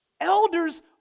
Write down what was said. Elders